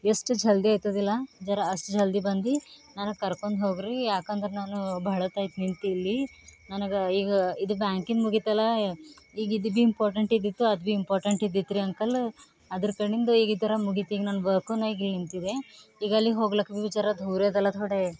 ಎಷ್ಟು ಜಲ್ದಿ ಆಯ್ತದಿಲ್ಲ ಝರಾ ಅಷ್ಟು ಜಲ್ದಿ ಬಂದು ನನಗೆ ಕರ್ಕೊಂಡು ಹೋಗಿರಿ ಯಾಕಂದ್ರೆ ನಾನು ಬಹಳ ಹೊತ್ತು ಆಯ್ತು ನಿಂತು ಇಲ್ಲಿ ನನಗೆ ಈಗ ಇದು ಬ್ಯಾಂಕಿನ ಮುಗೀತಲ್ಲ ಈಗ ಇದು ಭೀ ಇಂಪಾರ್ಟೆಂಟ್ ಇದ್ದಿತ್ತು ಅದು ಭೀ ಇಂಪಾರ್ಟೆಂಟ್ ಇದ್ದಿತ್ತು ರೀ ಅಂಕಲ ಅದ್ರ ಕಡಿಂದು ಈಗ ಈ ಥರ ಮುಗೀತು ಈಗ ನನ್ನ ವರ್ಕು ನಾನು ಈಗ ಇಲ್ಲಿ ನಿಂತಿದೆ ಈಗ ಅಲ್ಲಿಗೆ ಹೋಗ್ಲಕ್ಕ ಭೀ ಜರಾ ದೂರ ಅದಲ್ಲ ಥೋಡೆ